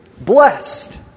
Blessed